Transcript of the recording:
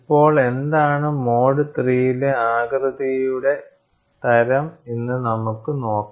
ഇപ്പോൾ എന്താണ് mode III ലെ ആകൃതിയുടെ തരം എന്ന് നമുക്ക് നോക്കാം